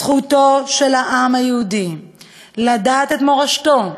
זכותו של העם היהודי לדעת את מורשתו,